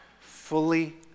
fully